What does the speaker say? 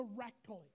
directly